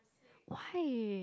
why